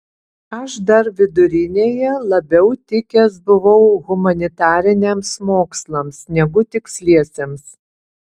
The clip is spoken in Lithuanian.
aš dar vidurinėje labiau tikęs buvau humanitariniams mokslams negu tiksliesiems